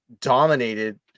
dominated